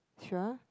sure